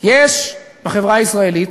יש בחברה הישראלית,